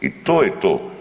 I to je to.